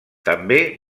també